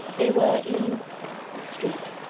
they were in street.